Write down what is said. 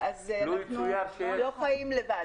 אנחנו לא חיים לבד.